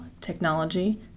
technology